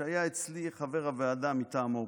שהיה אצלי חבר הוועדה מטעם האופוזיציה,